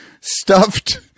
Stuffed